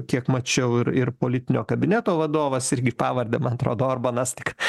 kiek mačiau ir ir politinio kabineto vadovas irgi pavarde man atrodo orbanas tik